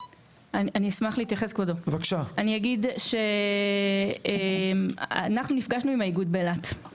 אני אגיד שאנחנו נפגשנו עם האיגוד באילת.